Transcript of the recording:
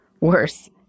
worse